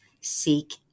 Seek